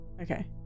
Okay